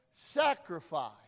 sacrifice